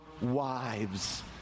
wives